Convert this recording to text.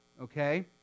Okay